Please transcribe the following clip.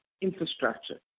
infrastructure